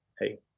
Hey